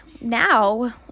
now